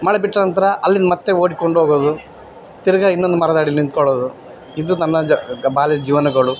ಮಳೆ ಬಿಟ್ಟ ನಂತರ ಅಲ್ಲಿಂದ ಮತ್ತೆ ಓಡಿಕೊಂಡು ಹೋಗೋದು ತಿರ್ಗಿ ಇನ್ನೊಂದು ಮರದಡಿಯಲ್ಲಿ ನಿಂತ್ಕೊಳ್ಳೋದು ಇದು ನನ್ನ ಜ ಬಾಲ್ಯದ ಜೀವನಗಳು